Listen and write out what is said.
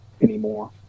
anymore